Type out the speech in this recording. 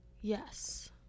yes